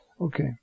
Okay